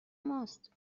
ماست